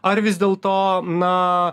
ar vis dėlto na